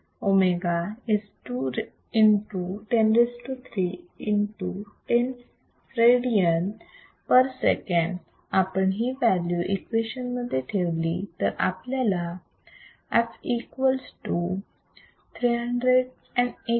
w is 2103 into 10 radian per second आपण ही value equation मध्ये ठेवली तर आपल्याला f equals to 318